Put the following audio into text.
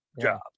job